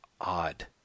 odd